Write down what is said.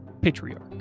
patriarch